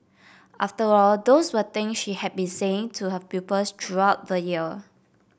after all those were things she had been saying to her pupils throughout the year